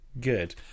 good